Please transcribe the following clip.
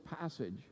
passage